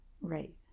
Right